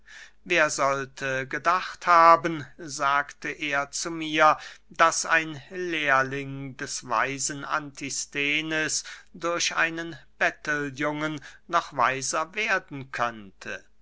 wer sollte gedacht haben sagte er zu mir daß ein lehrling des weisen antisthenes durch einen betteljungen noch weiser werden könnte